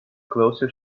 closer